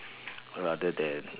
rather than